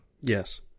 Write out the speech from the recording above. Yes